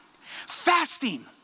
Fasting